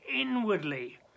inwardly